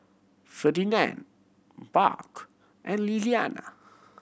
Ferdinand Barb and Lilliana